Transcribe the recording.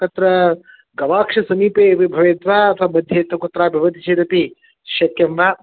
तत्र गवाक्षसमीपे एव भवेत् वा अथवा मध्ये कुत्रापि भवति चेदपि शक्यं वा